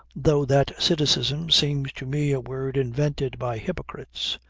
though, that cynicism seems to me a word invented by hypocrites.